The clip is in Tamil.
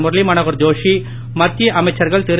முரளிமனோகர் தோஷி மத்திய அமைச்சர்கள் திரு